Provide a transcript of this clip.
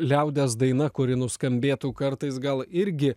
liaudies daina kuri nuskambėtų kartais gal irgi